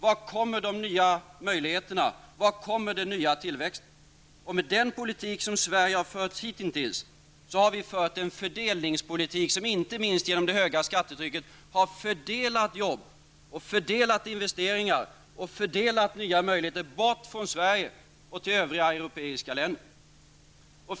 Var kommer de nya möjligheterna? Var kommer den nya tillväxten? Med den politik som Sverige har fört hitintills har vi fört en fördelningspolitik som inte minst genom det höga skattetrycket har fördelat jobb och fördelat investeringar och fördelat nya möjligheter bort från Sverige och till övriga europeiska länder.